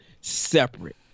separate